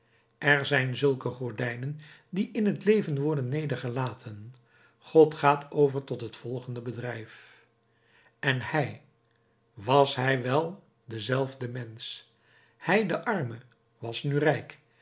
er zijn zulke gordijnen die in het leven worden nedergelaten god gaat over tot het volgende bedrijf en hij was hij wel dezelfde mensch hij de arme was nu rijk